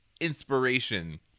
inspiration